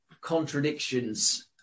contradictions